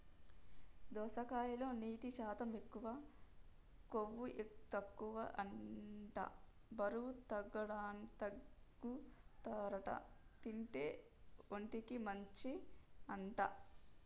దోసకాయలో నీటి శాతం ఎక్కువ, కొవ్వు తక్కువ అంట బరువు తగ్గుతారట తింటే, ఒంటికి మంచి అంట